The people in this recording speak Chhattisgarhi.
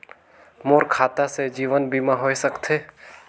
मोर खाता से जीवन बीमा होए सकथे?